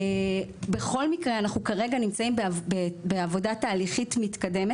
בכל מקרה אנחנו נמצאים כרגע בעבודת מטה תהליכית מתקדמת